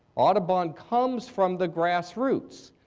audubon comes from the grass roots,